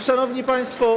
Szanowni Państwo!